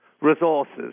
resources